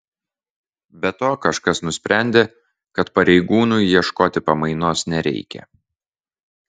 be to kažkas nusprendė kad pareigūnui ieškoti pamainos nereikia